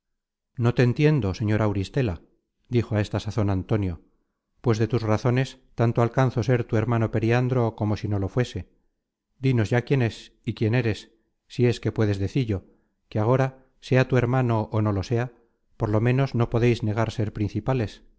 no te entiendo señora auristela la dijo á esta sazon antonio pues de tus razones tanto alcanzo ser tu hermano periandro como si no lo fuese dinos ya quién es y quién eres si es que puedes decillo que agora sea tu hermano ó no lo sea por lo ménos no podeis negar ser principales